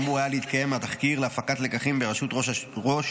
אמור היה להתקיים התחקיר להפקת לקחים בראשות ראש